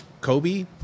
Kobe